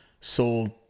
sold